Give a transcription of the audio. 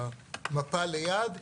במפה ליד,